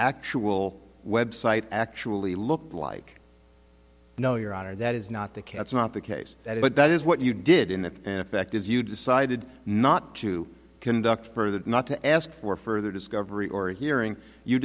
actual website actually looked like no your honor that is not the cat's not the case that but that is what you did in an effect as you decided not to conduct further not to ask for further discovery or hearing you